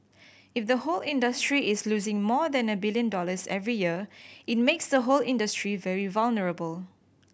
if the whole industry is losing more than a billion dollars every year it makes the whole industry very vulnerable